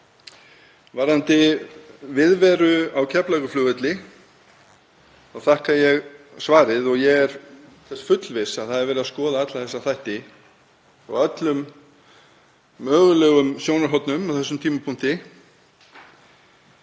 Varðandi viðveru á Keflavíkurflugvelli þá þakka ég svarið og er þess fullviss að það er verið að skoða alla þessa þætti frá öllum mögulegum sjónarhornum á þessum tímapunkti.